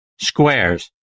squares